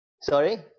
Sorry